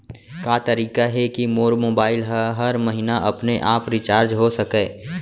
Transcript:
का तरीका हे कि मोर मोबाइल ह हर महीना अपने आप रिचार्ज हो सकय?